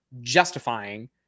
justifying